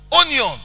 onion